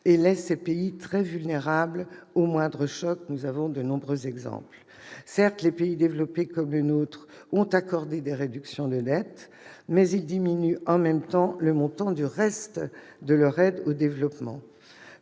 laissant ces pays très vulnérables au moindre choc. Nous en connaissons de nombreux exemples. Certes, les pays développés comme le nôtre accordent des réductions de dettes, mais ils diminuent concomitamment le montant du reste de leur aide au développement.